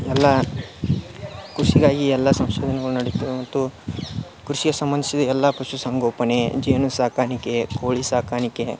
ಎಲ್ಲ ಕೃಷಿಗಾಗಿ ಎಲ್ಲ ಸಂಶೋಧನೆಗಳು ನಡಿತಾ ಉಂಟು ಕೃಷಿಗೆ ಸಂಬಂಧಿಸಿದ ಎಲ್ಲ ಪಶುಸಂಗೋಪಣೆ ಜೇನು ಸಾಕಾಣಿಕೆ ಕೋಳಿ ಸಾಕಾಣಿಕೆ